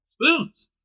spoons